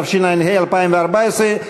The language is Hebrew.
התשע"ה 2014,